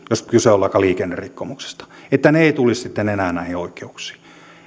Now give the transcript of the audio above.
jos kyse on vaikka liikennerikkomuksesta ne eivät tulisi sitten enää näihin oikeuksiin että